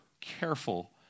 careful